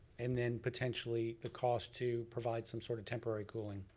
and then potentially the cost to provide some sort of temporary cooling.